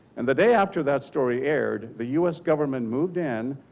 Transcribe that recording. and the day after that story air, the u s. government moved in,